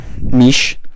Mish